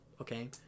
okay